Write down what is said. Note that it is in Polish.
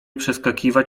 przeskakiwać